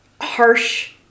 harsh